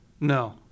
No